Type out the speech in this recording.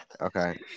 Okay